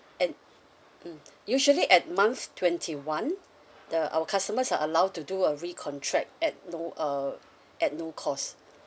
and mm usually at month twenty one the our customers are allowed to do a recontract at no uh at no cost